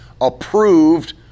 approved